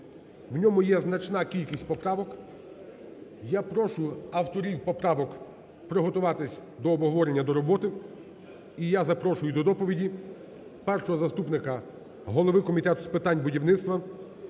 в ньому є значна кількість поправок. Я прошу авторів поправок приготуватись до обговорення, до роботи. І я запрошую до доповіді першого заступника голови Комітету з питань будівництва,